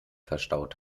verstaut